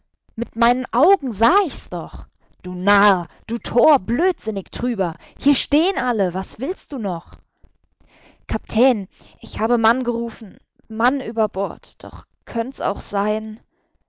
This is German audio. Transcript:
mit meinen augen sah ich's doch du narr du thor blödsinnig trüber hier stehen alle was willst du noch kap'tän ich habe mann gerufen mann über bord doch könnt's auch sein